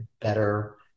better